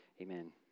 Amen